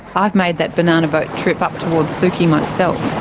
i've made that banana boat trip up towards suki myself.